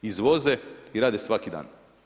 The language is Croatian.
Izvoze i rade svaki dan.